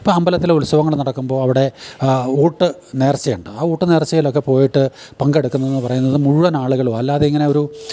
ഇപ്പം അമ്പലത്തിലെ ഉത്സവങ്ങൾ നടക്കുമ്പോൾ അവിടെ ഊട്ട് നേർച്ചയുണ്ട് ആ ഊട്ട് നേർച്ചയിൽ ഒക്കെ പോയിട്ട് പങ്കെടുക്കുന്നന്ന് പറയുന്നത് മുഴവൻ ആളുകളും അല്ലാതിങ്ങനെ ഒരു